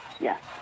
Yes